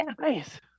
Nice